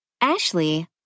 Ashley